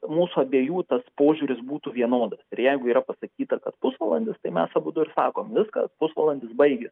mūsų abiejų tas požiūris būtų vienodas ir jeigu yra pasakyta kad pusvalandis tai mes abudu ir sakom viskas pusvalandis baigės